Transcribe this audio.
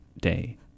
day